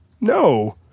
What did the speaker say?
no